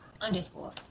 underscore